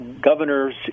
governor's